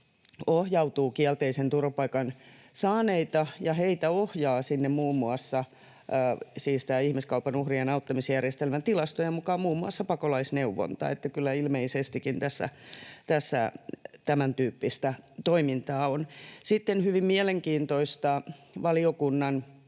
ohjautuu kielteisen turvapaikan saaneita, ja heitä ohjaa sinne — siis ihmiskaupan uhrien auttamisjärjestelmän tilastojen mukaan — muun muassa Pakolaisneuvonta. Eli kyllä ilmeisestikin tämän tyyppistä toimintaa on. Sitten hyvin mielenkiintoista valiokunnan